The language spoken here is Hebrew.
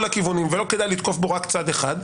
הכיוונים ולא כדאי לתקוף בו רק צד אחד,